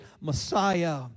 Messiah